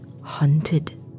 hunted